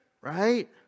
right